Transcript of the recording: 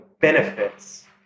benefits